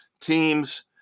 teams